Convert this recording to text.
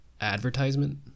advertisement